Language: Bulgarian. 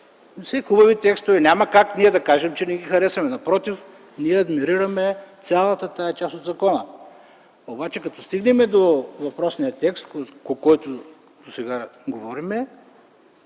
– все хубави текстове. Няма как да кажем, че не ги харесваме, напротив, адмирираме цялата тази част от закона. Но като стигнем до въпросния текст, по който сега говорим